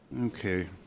Okay